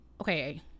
okay